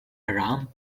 aram